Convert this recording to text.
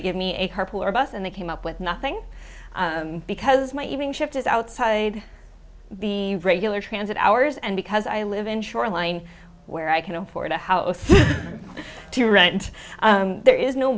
to give me a her poor bus and they came up with nothing because my evening shift is outside the regular transit hours and because i live in shoreline where i can afford a house to rent there is no